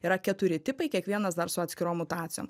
yra keturi tipai kiekvienas dar su atskirom mutacijom